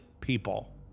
people